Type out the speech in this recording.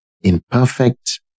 imperfect